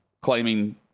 claiming